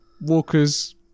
Walker's